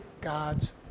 God's